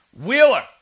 Wheeler